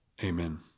amen